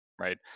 Right